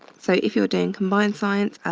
so if you're doing combined science,